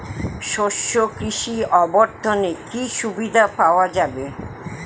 শস্য কৃষি অবর্তনে কি সুবিধা পাওয়া যাবে?